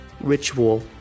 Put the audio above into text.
ritual